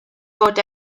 fod